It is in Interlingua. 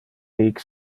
hic